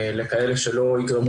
לכאלה שלא יתרמו